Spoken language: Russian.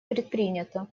предпринято